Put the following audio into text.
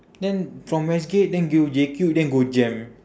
then from westgate then go J cube then go jem